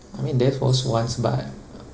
I mean there was once but